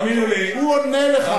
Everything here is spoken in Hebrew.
האמינו לי, הוא עונה לך עכשיו.